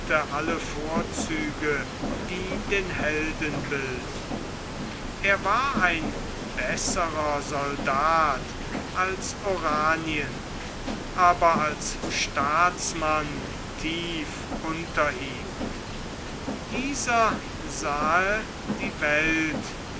alle vorzüge die den helden bilden er war ein besserer soldat als oranien aber als staatsmann tief unter ihm dieser sah die welt